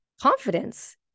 confidence